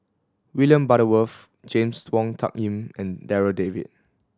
William Butterworth James Wong Tuck Yim and Darryl David